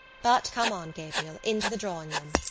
but come on, gabriel, into the drawing-room.